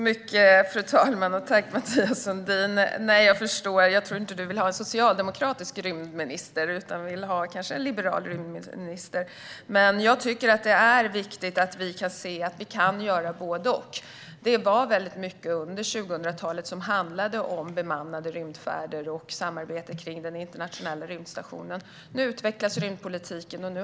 Fru talman! Tack, Mathias Sundin! Nej, jag förstår. Jag tror inte att du vill ha en socialdemokratisk rymdminister utan kanske en liberal rymdminister. Jag tycker att det är viktigt att se att vi kan göra både och. Det var väldigt mycket under 2000-talet som handlade om bemannade rymdfärder och samarbete om den internationella rymdstationen. Rymdpolitiken utvecklas nu.